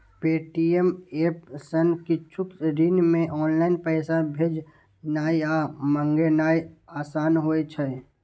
Paytm app सं किछुए क्षण मे ऑनलाइन पैसा भेजनाय आ मंगेनाय आसान होइ छै